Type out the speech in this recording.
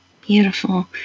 Beautiful